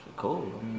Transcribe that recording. Cool